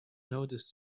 noticed